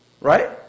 Right